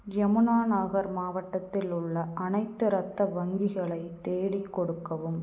யமுனாநகர் மாவட்டத்தில் உள்ள அனைத்து இரத்த வங்கிகளை தேடிக் கொடுக்கவும்